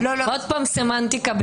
עוד פעם סמנטיקה.